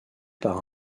par